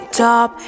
top